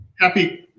happy